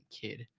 kid